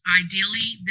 ideally